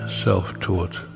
self-taught